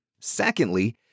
Secondly